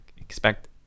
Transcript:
expect